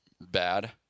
bad